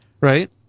right